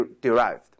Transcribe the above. derived